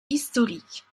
historiques